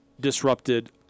disrupted